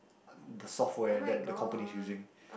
the software that the company using